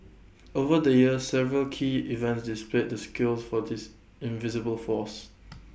over the years several key events displayed the skills for this invisible force